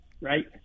right